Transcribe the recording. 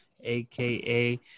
aka